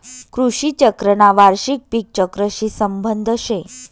कृषी चक्रना वार्षिक पिक चक्रशी संबंध शे